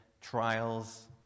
trials